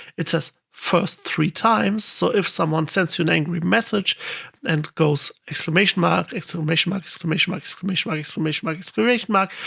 it says, first three times. so if someone sends you an angry message and goes exclamation mark, exclamation mark, exclamation mark, exclamation mark, exclamation mark, exclamation mark,